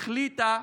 החליטה,